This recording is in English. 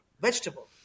vegetable